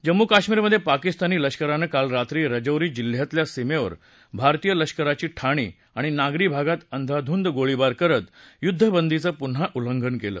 जम्मू कश्मीरमधे पाकिस्तानी लष्करानं काल रात्री राजौरी जिल्ह्यातल्या सीमेवर भारतीय लष्कराची ठाणी आणि नागरी भागात अंदाधुंद गोळीबार करत युद्धबंदीचं पुन्हा उल्लंघन केलं